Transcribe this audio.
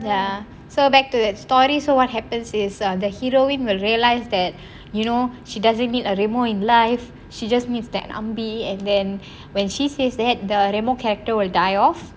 so back to that story so what happens is the heroine we will realize that you know she doesn't need a remo in life she just needs that ambi and then when she says that the remo character will die off